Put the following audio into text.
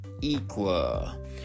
equal